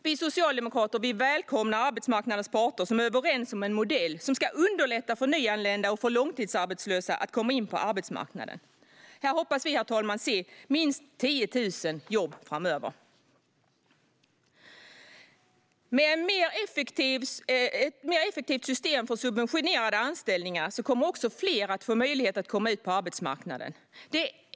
Vi socialdemokrater välkomnar att arbetsmarknadens parter är överens om en modell som ska underlätta för nyanlända och långtidsarbetslösa att komma in på arbetsmarknaden. Här hoppas vi, herr talman, se minst 10 000 jobb framöver. Med ett mer effektivt system för subventionerade anställningar kommer fler att få möjlighet att komma ut på arbetsmarknaden.